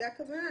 לזה הכוונה?